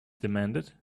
demanded